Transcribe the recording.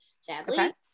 sadly